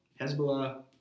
Hezbollah